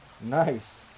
Nice